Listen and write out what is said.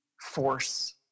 force